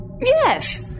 Yes